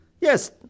Yes